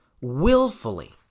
willfully